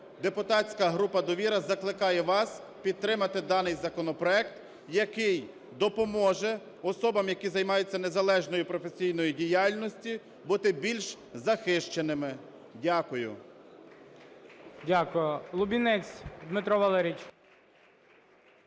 Депутатська група "Довіра" закликає вас підтримати даний законопроект, який допоможе особам, які займаються незалежною професійною діяльністю, бути більш захищеними. Дякую.